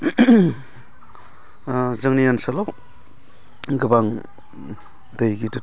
जोंनि ओनसोलाव गोबां दै गिदिर